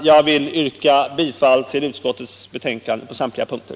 Jag ber att få yrka bifall till utskottets hemställan på samtliga punkter.